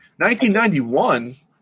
1991